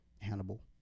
Hannibal